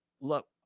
look